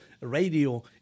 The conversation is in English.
radio